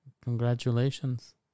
Congratulations